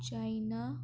China